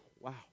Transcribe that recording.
wow